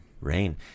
Rain